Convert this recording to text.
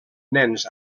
nens